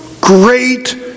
great